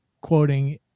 quoting